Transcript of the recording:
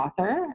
author